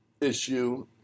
issue